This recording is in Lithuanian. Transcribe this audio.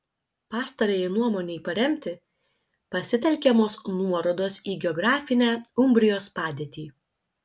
pastarajai nuomonei paremti pasitelkiamos nuorodos į geografinę umbrijos padėtį